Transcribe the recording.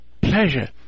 pleasure